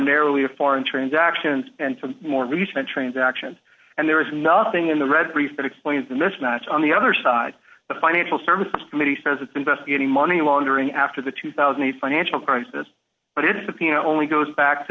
narrowly of foreign transactions and some more recent transactions and there is nothing in the red brief that explains the mismatch on the other side the financial services committee says it's investigating money laundering after the two thousand and financial crisis but it subpoena only goes back to